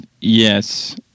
yes